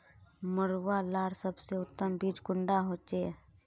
मरुआ लार सबसे उत्तम बीज कुंडा होचए?